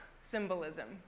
symbolism